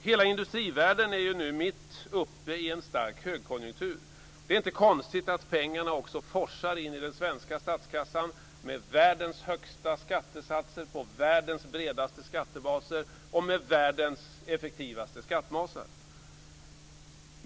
Hela industrivärlden är nu mitt uppe i en stark högkonjunktur, så det är inte konstigt att pengarna forsar in i den svenska statskassan, med världens högsta skattesatser på världens bredaste skattebaser och med världens effektivaste skattmasar.